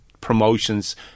promotions